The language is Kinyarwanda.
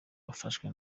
bafashwe